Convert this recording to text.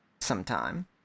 sometime